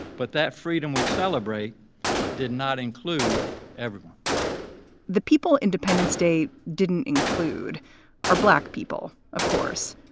but that freedom we celebrate did not include everyone the people. independence day didn't include our black people, of course,